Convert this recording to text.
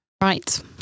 right